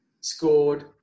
scored